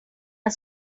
are